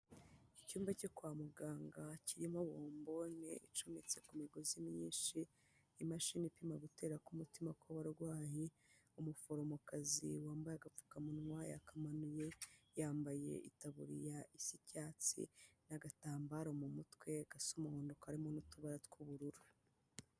Icyumba cyo kwa muganga kirimo bombone icometse ku migozi myinshi, imashini ipima gutera k'umutima kw'abarwayi, umuforomokazi wambaye agapfukamunwa yakamanuye, yambaye itaburiya isa icyatsi n'agatambaro mu mutwe gasa umuhondo karimo n'utubaya tw'ubururu.